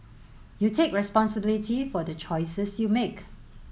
you take responsibility for the choices you make